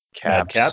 caps